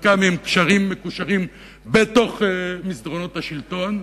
חלקן מקושרות במסדרונות השלטון,